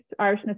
Irishness